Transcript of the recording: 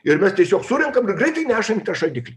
ir mes tiesiog surenkam ir greitai nešamį tą šaldiklį